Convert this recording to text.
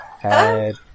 head